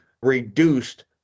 reduced